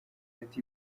ati